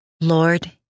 Lord